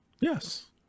Yes